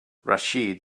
rachid